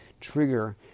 trigger